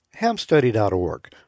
hamstudy.org